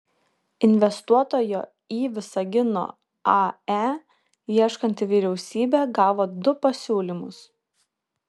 investuotojo į visagino ae ieškanti vyriausybė gavo du pasiūlymus